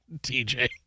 TJ